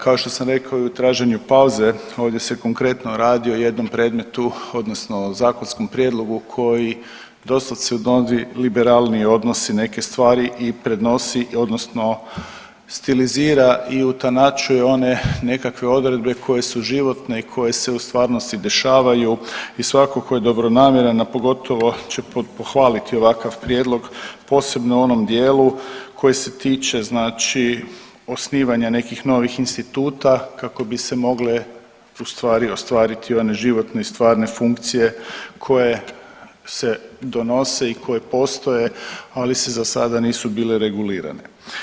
Kao što sam rekao i u traženju pauze ovdje se konkretno radi o jednom predmetu odnosno zakonskom prijedlogu koji doslovce … liberalniji odnosi i neke stvari i prednosi odnosno stilizira i utanačuje one nekakve odredbe koje su životne i koje se u stvarnosti dešavaju i svako ko je dobronamjeran, a pogotovo će pohvaliti ovakav prijedlog, posebno u onom dijelu koje se tiče znači osnivanja nekih novih instituta kako bi se mogle ustvari ostvariti one životne i stvarne funkcije koje se donose i koje postoje, ali se za sada nisu bile regulirane.